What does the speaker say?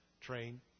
Train